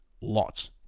Lots